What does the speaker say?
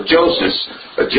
Joseph